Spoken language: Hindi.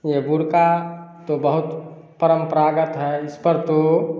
यह बुर्क़ा तो बहुत परम्परागत है इस पर तो